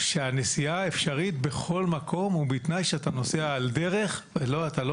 שהנסיעה אפשרית בכל מקום ובתנאי שאתה נוסע על דרך ואתה לא